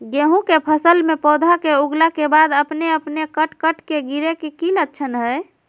गेहूं के फसल में पौधा के उगला के बाद अपने अपने कट कट के गिरे के की लक्षण हय?